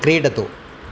क्रीडतु